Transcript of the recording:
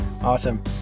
Awesome